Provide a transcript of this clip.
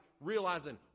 realizing